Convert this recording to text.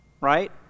right